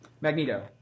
Magneto